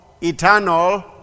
Eternal